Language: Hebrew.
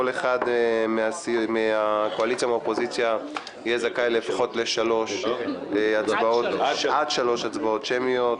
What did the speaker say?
כל אחד מהקואליציה ומהאופוזיציה יהיה זכאי לפחות לעד שלוש הצבעות שמיות.